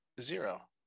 zero